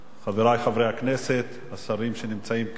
חברי חברי הכנסת, השרים שנמצאים כאן,